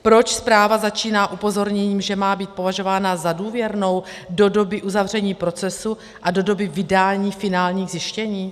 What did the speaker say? Proč zpráva začíná upozorněním, že má být považována za důvěrnou do doby uzavření procesu a do doby vydání finálních zjištění?